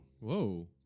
Whoa